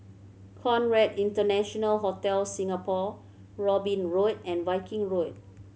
Conrad International Hotel Singapore Robin Road and Viking Road